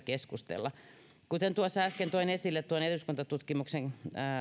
keskustella kuten tuossa äsken toin esille tuon eduskuntatutkimuksen